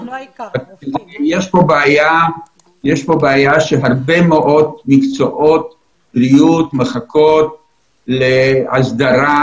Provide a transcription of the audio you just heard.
יש כאן בעיה שהרבה מאוד מקצועות מחכים להסדרה